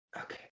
okay